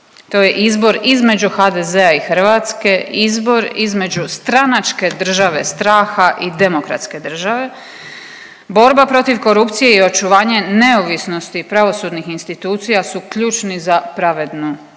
To je izbor između HDZ-a i Hrvatske, izbor između stranačke države straha i demokratske države, borba protiv korupcije i očuvanje neovisnosti pravosudnih institucija su ključni za pravednu Hrvatsku.